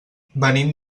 venim